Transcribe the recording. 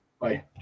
Bye